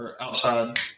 outside